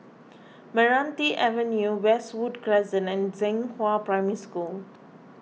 Meranti Avenue Westwood Crescent and Zhenghua Primary School